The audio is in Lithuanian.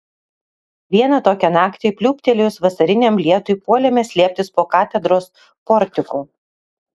vieną tokią naktį pliūptelėjus vasariniam lietui puolėme slėptis po katedros portiku